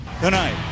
Tonight